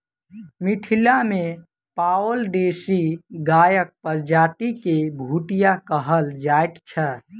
मिथिला मे पाओल देशी गायक प्रजाति के भुटिया कहल जाइत छै